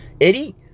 Eddie